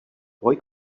boy